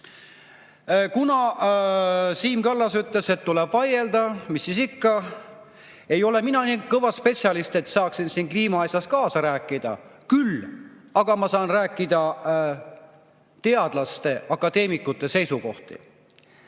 Siim Kallas ütles, et tuleb vaielda. Mis siis ikka. Ei ole mina nii kõva spetsialist, et saaksin siin kliimaasjus kaasa rääkida, küll aga ma saan edasi anda teadlaste, akadeemikute seisukohti.